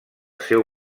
seu